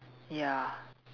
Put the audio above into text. ya